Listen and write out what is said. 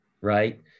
right